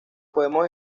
podemos